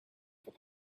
with